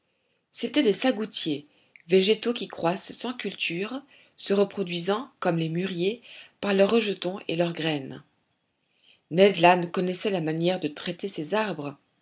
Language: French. c'étaient des sagoutiers végétaux qui croissent sans culture se reproduisant comme les mûriers par leurs rejetons et leurs graines ned land connaissait la manière de traiter ces arbres